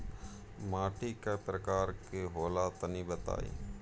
माटी कै प्रकार के होला तनि बताई?